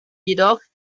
jedoch